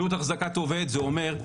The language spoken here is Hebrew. עלות אחזקת עובד זה אומר,